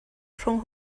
rhwng